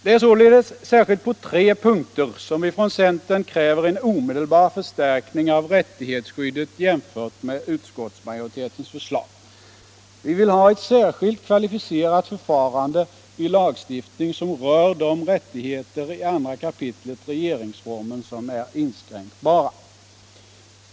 Det är således på tre punkter som vi från centern kräver en omedelbar förstärkning av rättighetsskyddet jämfört med utskottsmajoritetens förslag. Vi vill ha ett särskilt kvalificerat förfarande vid lagstiftning som rör de rättigheter i 2 kap. regeringsformen som är inskränkbara.